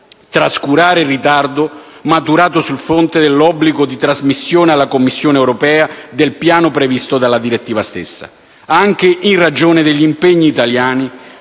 trascurare il ritardo maturato sul fronte dell'obbligo di trasmissione alla Commissione europea del Piano nazionale previsto dalla direttiva stessa, anche in ragione degli impegni italiani